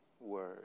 word